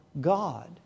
God